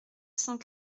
cent